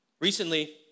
Recently